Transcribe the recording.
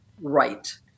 right